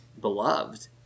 beloved